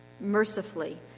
mercifully